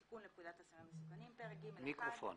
פרק ג1